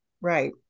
Right